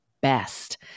best